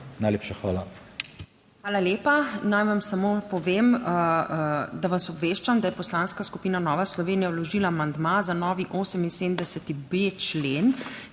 ZUPANČIČ:** Hvala lepa. Naj vam samo povem, da vas obveščam, da je Poslanska skupina Nova Slovenija vložila amandma za novi 78.b člen,